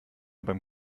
beim